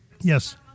Yes